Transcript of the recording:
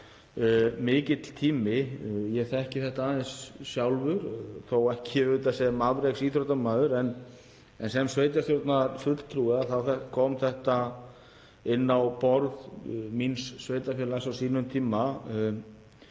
mikill tími. Ég þekki þetta aðeins sjálfur, þó ekki sem afreksíþróttamaður en sem sveitarstjórnarfulltrúi kom það inn á borð míns sveitarfélags á sínum tíma